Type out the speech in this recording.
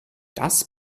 das